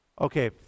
Okay